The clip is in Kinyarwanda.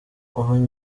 ubu